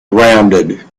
rounded